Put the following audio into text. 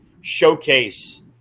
showcase